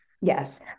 Yes